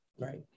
right